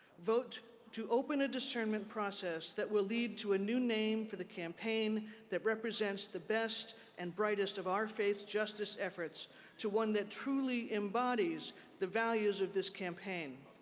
vote to open a discernment process that will lead to a new name for the campaign that represents the best and brightest of our faith faith's justice efforts to one that truly embodies the values of this campaign.